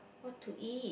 what to eat